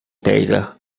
data